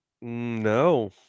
No